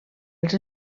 els